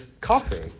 coffee